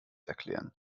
erklären